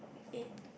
eight